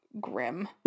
grim